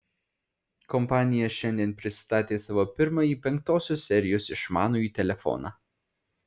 kompanija šiandien pristatė savo pirmąjį penktosios serijos išmanųjį telefoną